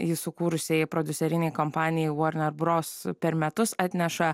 jį sukūrusiai prodiuserinei kompanijai vorner bros per metus atneša